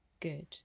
good